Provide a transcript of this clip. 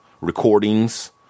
recordings